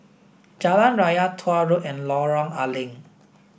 Jalan Raya Tuah Road and Lorong A Leng